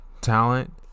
talent